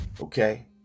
Okay